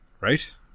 Right